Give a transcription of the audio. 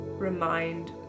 remind